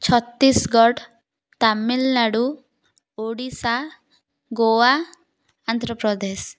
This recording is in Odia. ଛତିଶଗଡ଼ ତାମିଲନାଡ଼ୁ ଓଡ଼ିଶା ଗୋଆ ଆନ୍ଧ୍ରପ୍ରଦେଶ